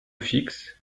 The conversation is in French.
fixes